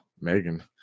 Megan